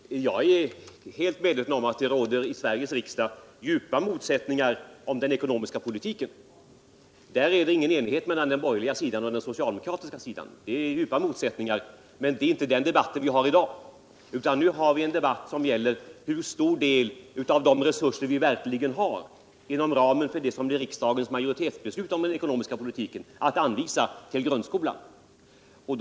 Herr talman! Jag är helt medveten om att det i Sveriges riksdag råder djupa motsättningar när det gäller den ekonomiska politiken. Men det är inte den debatten vi för i dag. Nu gäller debatten hur stor del som skall anvisas till grundskolan av de resurser vi får genom den ekonomiska politik som en majoritet av riksdagen fattar beslut om.